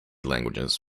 languages